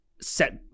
set